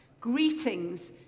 Greetings